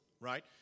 right